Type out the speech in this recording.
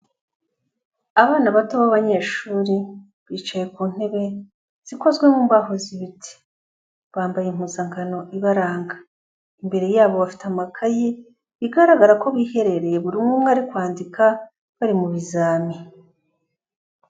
Abana bato b'abanyeshuri bicaye ku ntebe zikozwe mu mbaho z'ibiti, bambaye impuzangano ibaranga. Imbere yabo bafite amakayi, bigaragara ko biherereye buri umwe umwe ari kwandika, bari mu bizami.